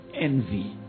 envy